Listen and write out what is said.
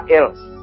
else